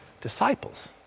disciples